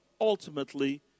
ultimately